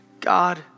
God